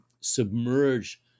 submerge